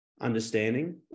understanding